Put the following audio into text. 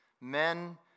men